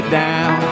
down